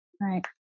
right